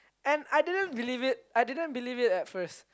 and I didn't believe it I didn't believe it at first